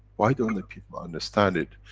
why don't the people understand it?